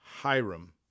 Hiram